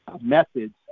methods